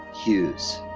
hughes.